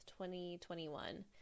2021